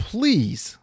Please